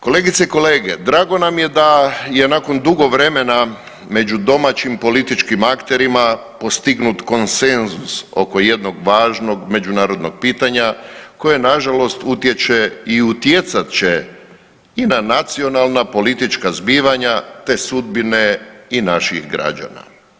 Kolegice i kolege, drago nam je da je nakon dugo vremena među domaćim političkim akterima postignut konsenzus oko jednog važnog međunarodnog pitanja koje nažalost utječe i utjecat će i na nacionalna politička zbivanja, te sudbine i naših građana.